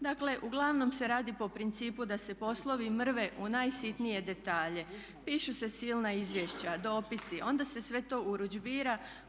Dakle uglavnom se radi po principu da se poslovi mrve u najsitnije detalje, pišu se silna izvješća, dopisi, onda se sve to urudžbira.